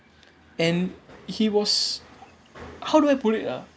and he was how do I put it ah